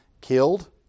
killed